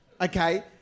okay